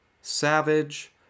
Savage